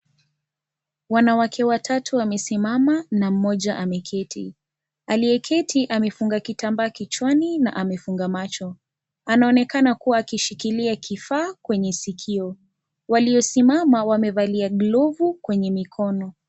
Wanawake watatu wamesimama na mmoja ameketi. Aliyeketi, amefunga kitambaa kichwani na amefunga macho. Anaonekana kuwa akishikilia kifaa kwenye sikio. Waliosimama wamevalia glovu kwenye mikono.